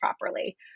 properly